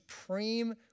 supreme